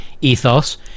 ethos